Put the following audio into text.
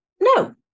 No